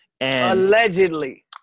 Allegedly